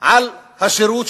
על השירות,